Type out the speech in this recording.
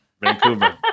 Vancouver